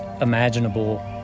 imaginable